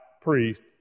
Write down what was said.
priest